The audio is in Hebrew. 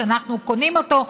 כשאנחנו קונים אותו,